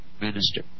minister